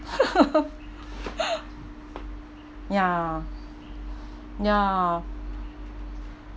ya ya